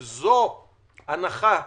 אם זאת הנחה רפואית,